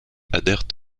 adhèrent